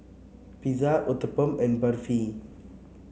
Pizza Uthapam and Barfi